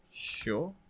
Sure